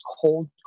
cold